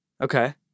Okay